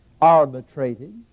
arbitrated